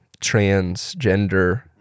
transgender